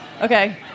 Okay